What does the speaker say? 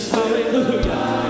hallelujah